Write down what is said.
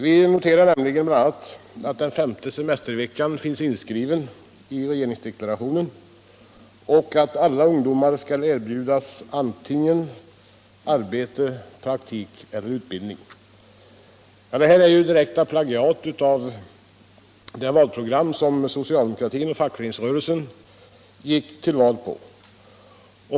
Vi noterar nämligen bl.a. att den femte semesterveckan finns inskriven i regeringsdeklarationen och att alla ungdomar skall erbjudas antingen arbete eller praktik och utbildning. Detta är direkta plagiat av det valprogram som socialdemokratin och fackföreningsrörelsen gick till val på.